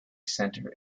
center